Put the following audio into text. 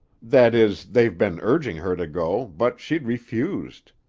that is, they've been urging her to go, but she'd refused.